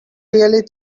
really